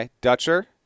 Dutcher